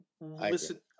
listen